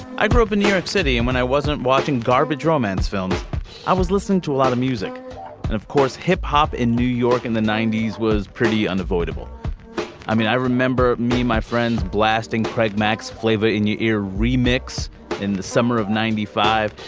i grew up in new york city and when i wasn't watching garbage romance films i was listened to a lot of music and of course hip hop in new york in the ninety s was pretty unavoidable i mean i remember me my friends blasting craig max flavor in your ear remix in the summer of ninety five.